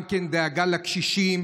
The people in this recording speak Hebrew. גם כן דאגה לקשישים,